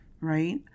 right